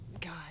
God